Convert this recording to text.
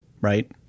Right